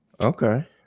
Okay